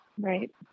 Right